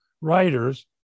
writers